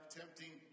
tempting